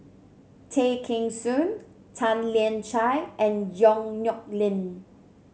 Tay Kheng Soon Tan Lian Chye and Yong Nyuk Lin